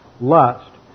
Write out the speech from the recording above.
lust